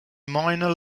minor